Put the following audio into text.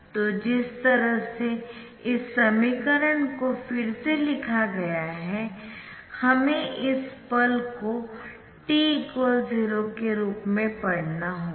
तो जिस तरह से इस समीकरण को फिर से लिखा गया है हमें इस पल को t 0 के रूप में पढ़ना होगा